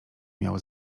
miał